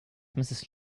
mrs